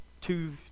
two